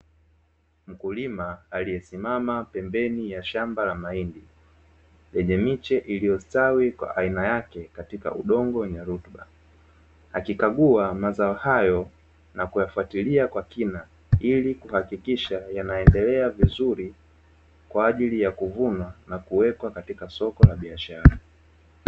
Mkulima aliyesimama pembeni ya shamba la mahindi lenye miche iliyostawi kwa aina yake katika udongo wenye rutuba, akikagua mazao hayo na kuyafuatilia kwa kina ili kuhakikisha yanaendelea vizuri, kwa ajili ya kuvunwa na kuwekwa katika soko la biashara.